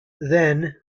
then